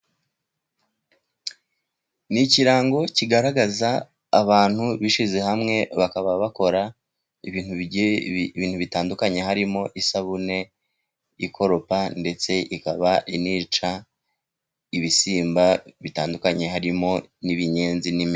Ni ikirango kigaragaza abantu bishyize hamwe, bakaba bakora ibintu bitandukanye, harimo isabune ikoropa ndetse ikaba inica ibisimba bitandukanye, harimo nk'ibinyenzi n'imperi.